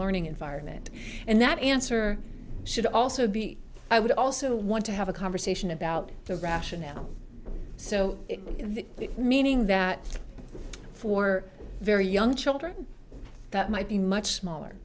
learning environment and that answer should also be i would also want to have a conversation about the rationale so the meaning that for very young children that might be much smaller